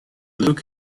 luke